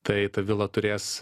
tai ta vila turės